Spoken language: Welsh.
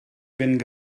fynd